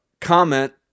comment